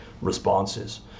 responses